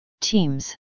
teams